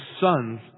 sons